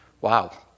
wow